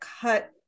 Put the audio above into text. cut